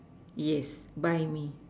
yes buy me